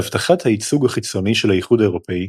הבטחת הייצוג החיצוני של האיחוד האירופי,